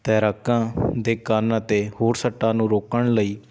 ਤੈਰਾਕਾਂ ਦੇ ਕੰਨ ਅਤੇ ਹੋਰ ਸੱਟਾਂ ਨੂੰ ਰੋਕਣ ਲਈ